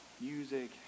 Music